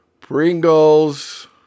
Pringles